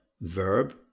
verb